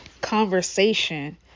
conversation